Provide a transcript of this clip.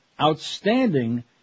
outstanding